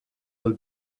will